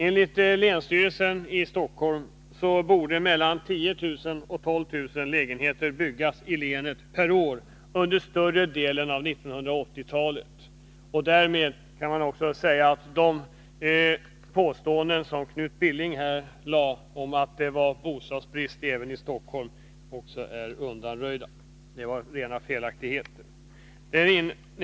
Enligt länsstyrelsen i Stockholms län borde mellan 10000 och 12 000 lägenheter byggas i länet per år under större delen av 1980-talet. Därmed kan man också säga att de påståenden som Knut Billing här förde fram om att det inte var bostadsbrist även i Stockholm är tillbakavisade — det var rena felaktigheter.